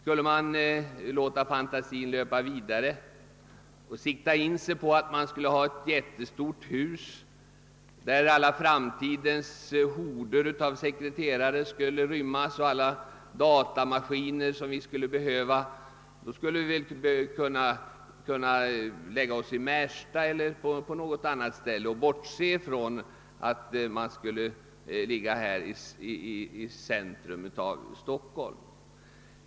Vill man låta fantasin löpa vidare, kan man sikta in sig på att riksdagen skall ha ett jättestort Hus, där framtidens: alla horder av sekreterare och alla datamaskiner skulle rymmas. Då kan man tänka sig att förlägga riksdagshuset exempelvis till Märsta i stället för att låta det ligga i centrum av Stockholm.